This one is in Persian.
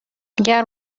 اگر